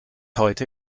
heute